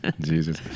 Jesus